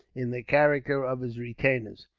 in the character of his retainers,